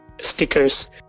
stickers